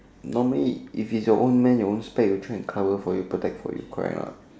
normally if is your own man your own specs you try and cover for you protect for you correct or not